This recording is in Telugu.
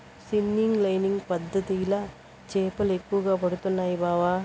సీనింగ్ లైనింగ్ పద్ధతిల చేపలు ఎక్కువగా పడుతండాయి బావ